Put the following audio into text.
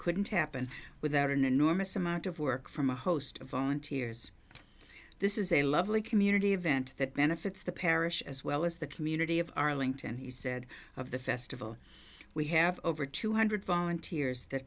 couldn't happen without an enormous amount of work from a host of volunteers this is a lovely community event that benefits the parish as well as the community of arlington he said of the festival we have over two hundred volunteers t